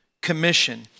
commission